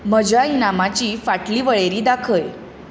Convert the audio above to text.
म्हज्या इनामाची फाटली वळेरी दाखय